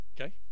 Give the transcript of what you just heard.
Okay